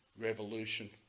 revolution